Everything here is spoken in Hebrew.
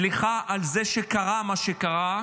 סליחה על זה שקרה מה שקרה,